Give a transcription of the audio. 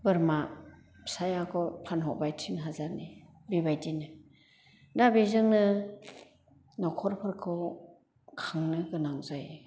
बोरमा फिसायाखौ फानहरबाय टिन हाजारनि बेबायदिनो दा बेजोंनो नखरफोरखौ खांनो गोनां जायो